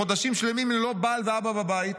חודשים שלמים ללא בעל ואבא בבית?'